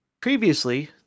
Previously